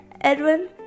Edwin